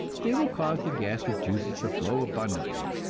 they will cause the gastric juices to flow abundantly,